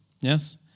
Yes